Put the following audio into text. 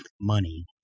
money –